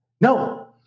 No